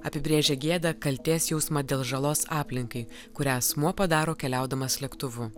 apibrėžia gėdą kaltės jausmą dėl žalos aplinkai kurią asmuo padaro keliaudamas lėktuvu